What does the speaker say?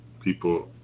people